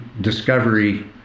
discovery